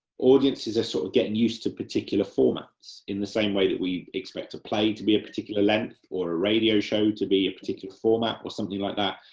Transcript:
audiences are sort of getting used to particular formats, in the same way that we expect a play to be a particular length, or a radio show to be a particular format or something like that.